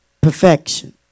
perfection